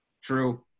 True